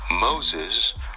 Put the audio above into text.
Moses